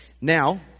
Now